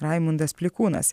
raimundas plikūnas